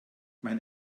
mein